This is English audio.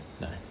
No